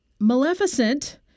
Maleficent